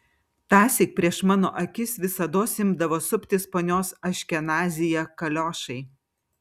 tąsyk prieš mano akis visados imdavo suptis ponios aškenazyje kaliošai